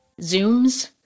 Zooms